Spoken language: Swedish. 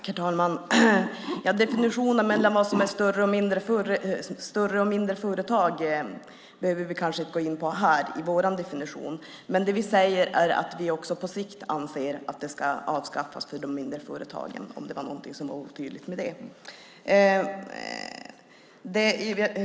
Herr talman! Definitionen om vad som är större eller mindre företag behöver vi inte gå in på här. Men vi säger att revisionsplikten på sikt ska avskaffas för de mindre företagen - om det var något som var otydligt med det.